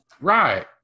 right